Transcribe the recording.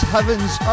Heavens